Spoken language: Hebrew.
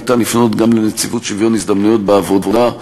אפשר לפנות גם לנציבות שוויון הזדמנויות בעבודה,